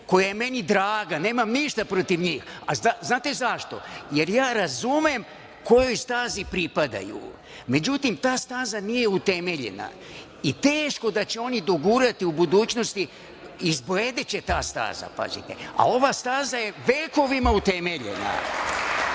koja je meni draga, nemam ništa protiv njih, a znate zašto? Ja razumem kojoj stazi pripadaju. Međutim, ta staza nije utemeljena i teško da će oni dogurati u budućnosti, izbledeće ta staza. Ova staza je vekovima utemeljena. Znate,